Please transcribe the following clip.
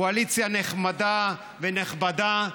קואליציה נחמדה ונכבדה,